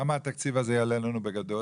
כמה התקציב הזה יעלה לנו בגדול?